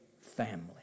family